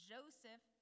Joseph